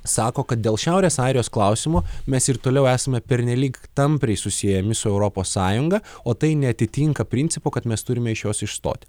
sako kad dėl šiaurės airijos klausimo mes ir toliau esame pernelyg tampriai susiejami su europos sąjunga o tai neatitinka principo kad mes turime iš jos išstoti